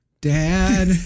dad